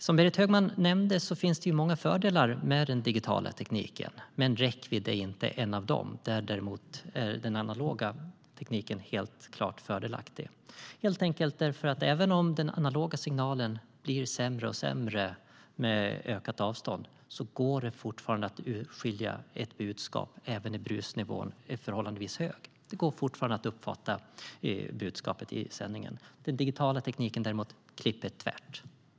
Som Berit Högman nämnde finns det många fördelar med den digitala tekniken, men räckvidd är inte en av dem. Där är den analoga tekniken klart fördelaktig, helt enkelt därför att det fortfarande går att urskilja ett budskap även om den analoga signalen blir sämre och sämre med ökat avstånd och även när brusnivån är förhållandevis hög. Det går fortfarande att uppfatta budskapet i sändningen. Den digitala tekniken klipper däremot tvärt.